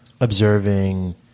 observing